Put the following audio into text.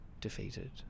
defeated